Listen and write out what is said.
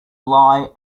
lie